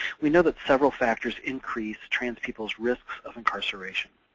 we know that several factors increase trans people's risk of incarceration.